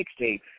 mixtape